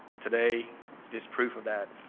today is proof of that.